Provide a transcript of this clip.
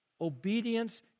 Obedience